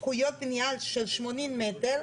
זכויות בנייה של 80 מטר.